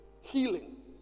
Healing